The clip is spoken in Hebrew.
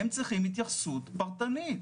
הם צריכים התייחסות פרטנית.